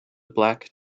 black